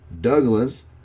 Douglas